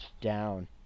down